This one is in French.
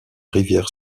rivière